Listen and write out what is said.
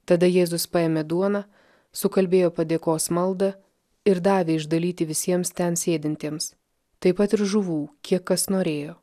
tada jėzus paėmė duoną sukalbėjo padėkos maldą ir davė išdalyti visiems ten sėdintiems taip pat ir žuvų kiek kas norėjo